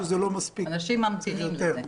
אנשים ממתינים לזה.